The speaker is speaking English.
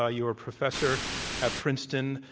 ah you were professor at princeton.